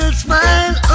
smile